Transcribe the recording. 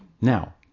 Now